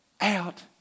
out